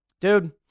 dude